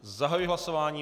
Zahajuji hlasování.